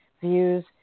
views